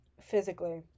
physically